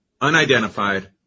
Unidentified